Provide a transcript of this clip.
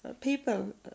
people